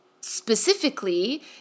Specifically